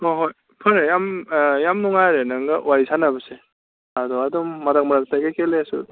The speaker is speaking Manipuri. ꯍꯣꯜ ꯍꯣꯏ ꯐꯔꯦ ꯌꯥꯝ ꯌꯥꯝ ꯅꯨꯡꯉꯥꯏꯔꯦ ꯅꯪꯒ ꯋꯥꯔꯤ ꯁꯥꯟꯅꯕꯁꯦ ꯑꯗꯣ ꯑꯗꯨꯝ ꯃꯔꯛ ꯃꯔꯛꯇ ꯀꯩꯀꯩ ꯂꯩꯔꯁꯨ ꯑꯗꯨꯝ